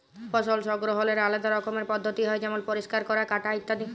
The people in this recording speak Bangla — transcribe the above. ফসল সংগ্রহলের আলেদা রকমের পদ্ধতি হ্যয় যেমল পরিষ্কার ক্যরা, কাটা ইত্যাদি